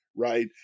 right